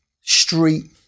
street